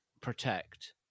protect